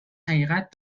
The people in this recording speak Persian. حقیقت